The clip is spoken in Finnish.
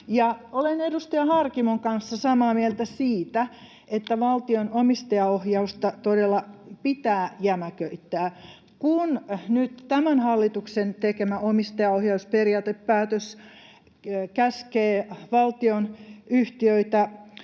Olen edustaja Harkimon kanssa samaa mieltä siitä, että valtion omistajaohjausta todella pitää jämäköittää. Kun nyt tämän hallituksen tekemä omistajaohjausperiaatepäätös käskee valtionyhtiöitä